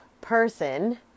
person